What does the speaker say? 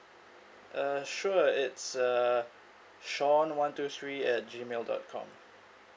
uh sure it's uh sean one two three at G mail dot com